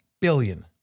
billion